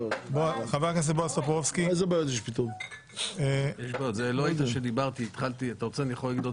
ככל שהדיון יישאר בוועדה, נשתדל כבר היום